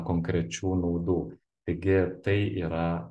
konkrečių naudų taigi tai yra